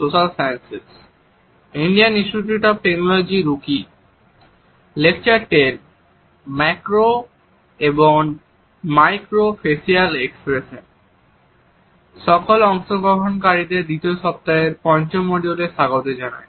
সকল অংশগ্রহণকারীদের দ্বিতীয় সপ্তাহের পঞ্চম মডিউলে স্বাগত জানাই